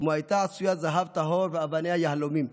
כמו הייתה עשויה זהב טהור ואבניה יהלומים.